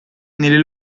nelle